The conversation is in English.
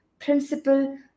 principal